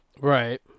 Right